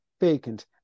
vacant